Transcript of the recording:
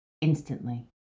instantly